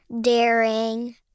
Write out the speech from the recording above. daring